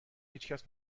هیچکس